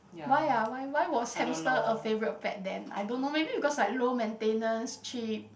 why ah why why was hamster a favourite pet then I don't know maybe because like low maintenance cheap